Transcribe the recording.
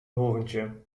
hoorntje